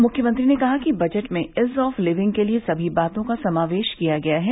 मुख्यमंत्री ने कहा कि बजट में इज ऑफ लिविंग के लिये सभी बातों का समावेश किया गया है